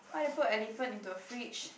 how do you put a elephant into a fridge